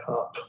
up